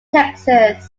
texas